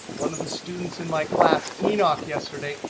one of the students in my class, enoch yesterday,